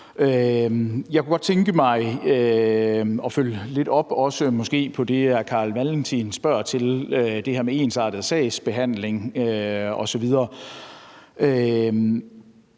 Jeg kunne godt tænke mig at følge lidt op på det, hr. Carl Valentin spørger til, nemlig det her med ensartet sagsbehandling osv.